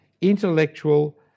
intellectual